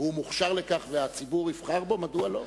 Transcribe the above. והוא מוכשר לכך והציבור יבחר בו, מדוע לא?